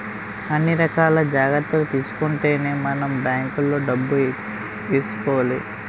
అన్ని రకాల జాగ్రత్తలు తీసుకుంటేనే మనం బాంకులో డబ్బులు ఏసుకోవాలి